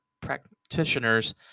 practitioners